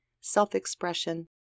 self-expression